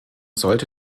sollte